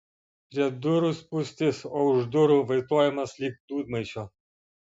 prie durų spūstis o už durų vaitojimas lyg dūdmaišio